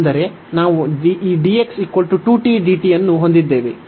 ಅಂದರೆ ನಾವು ಈ ಅನ್ನು ಹೊಂದಿದ್ದೇವೆ